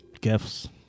gifts